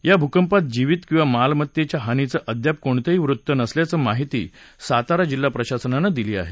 या भूकंपात जीवित किंवा मालमत्तेच्या हानीचं अद्याप कोणतंही वृत्त नसल्याची माहिती सातारा जिल्हा प्रशासनानं दिली आहे